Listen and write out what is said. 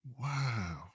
Wow